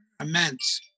immense